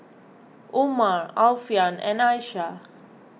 Umar Alfian and Aisyah